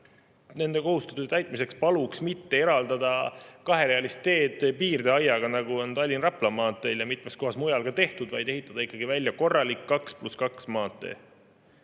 Selle kohustuse täitmisel paluks mitte eraldada kaherealist teed piirdeaiaga, nagu on Tallinna-Rapla maanteel ja mitmes kohas mujal ka tehtud, vaid ehitada ikkagi välja korralik 2 + 2 maantee.